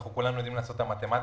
כולנו יודעים לעשות את המתמטיקה,